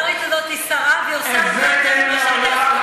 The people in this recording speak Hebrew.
הקומיסרית הזאת היא שרה, והיא עושה יותר מכל